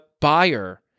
buyer